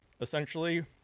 essentially